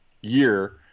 year